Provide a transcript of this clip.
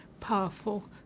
powerful